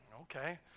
Okay